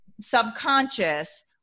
subconscious